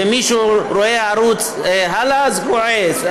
ומי שרואה ערוץ "הלא" כועס.